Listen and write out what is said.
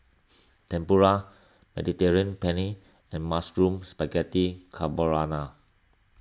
Tempura Mediterranean Penne and Mushroom Spaghetti Carbonara